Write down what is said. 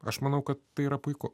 aš manau kad tai yra puiku